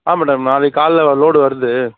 ஆமாம் மேடம் நாளைக்கு காலையில் லோடு வருது